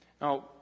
Now